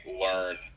learn